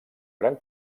gran